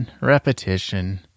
repetition